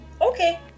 Okay